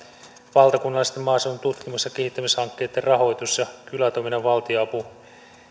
valtakunnallisten maaseudun tutkimus ja kehittämishankkeitten rahoitus ja kylätoiminnan valtionapu